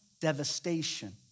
devastation